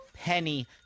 penny